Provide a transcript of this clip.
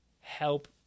help